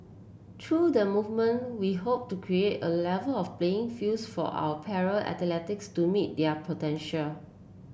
through the movement we hope to create A Level of playing fields for our para athletes to meet their potential